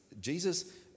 Jesus